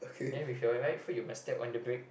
then with your right foot you must step on the break